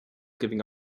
giving